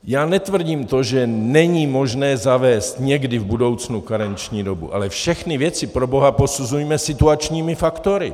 Já netvrdím to, že není možné zavést někdy v budoucnu karenční dobu, ale všechny věci proboha posuzujme situačními faktory!